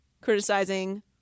criticizing